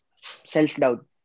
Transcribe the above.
self-doubt